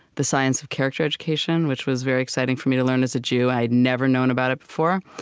the science of character education, which was very exciting for me to learn as a jew. i had never known about it before.